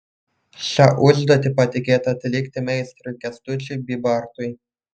šią užduotį patikėta atlikti meistrui kęstučiui bybartui